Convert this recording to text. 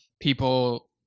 people